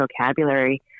vocabulary